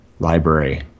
library